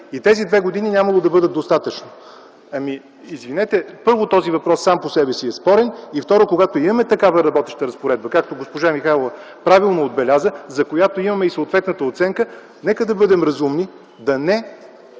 И тези две години нямало да бъдат достатъчно?! Извинете, първо, този въпрос сам по себе си е спорен и второ, когато имаме такава работеща разпоредба, както госпожа Михайлова правилно отбеляза, за която имаме и съответната оценка, нека да бъдем разумни да не